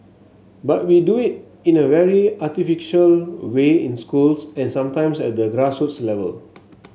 but we do it in a very artificial way in schools and sometimes at the grassroots level